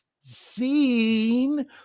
seen